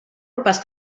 robust